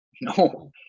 no